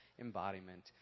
embodiment